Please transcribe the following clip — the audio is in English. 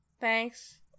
Thanks